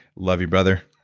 love you brother.